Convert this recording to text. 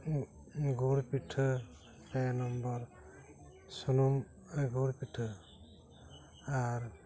ᱜᱩᱲ ᱯᱤᱴᱷᱟᱹ ᱯᱮ ᱱᱚᱢᱵᱚᱨ ᱥᱩᱱᱩᱢ ᱜᱷᱩᱲ ᱯᱤᱴᱷᱟᱹ ᱟᱨ